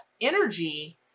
energy